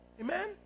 Amen